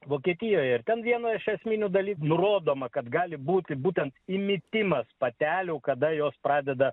vokietijoje ir ten viena iš esminių dalykų nurodoma kad gali būti būtent įmitimas patelių kada jos pradeda